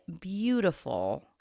beautiful